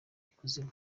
ikuzimu